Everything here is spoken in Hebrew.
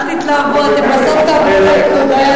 אל תתלהבו, אתם בסוף תעברו לליכוד.